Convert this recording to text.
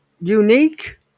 unique